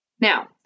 Now